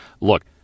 look